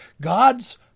God's